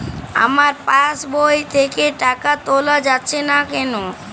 আমার পাসবই থেকে টাকা তোলা যাচ্ছে না কেনো?